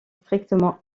strictement